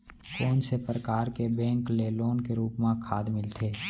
कोन से परकार के बैंक ले लोन के रूप मा खाद मिलथे?